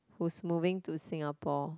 who's moving to Singapore